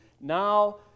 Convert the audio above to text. Now